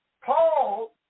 Paul